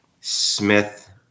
Smith